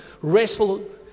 Wrestle